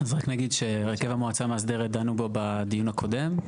אז רק נגיד שעל הרכב המועצה המאסדרת דנו בדיון הקודם.